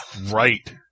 Right